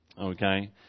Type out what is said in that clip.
okay